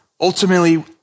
ultimately